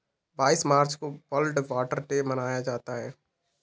बाईस मार्च को World Water Day मनाया जाता है